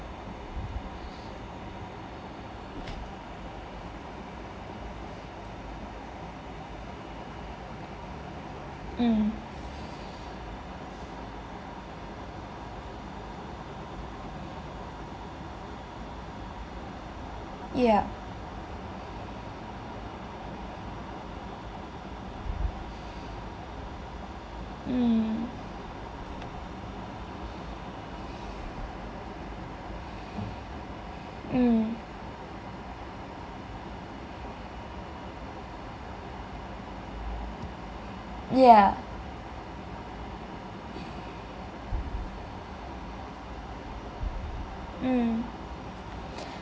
mm yup mm mm yah mm